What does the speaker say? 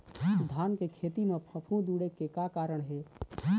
धान के खेती म फफूंद उड़े के का कारण हे?